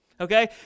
Okay